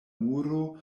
muro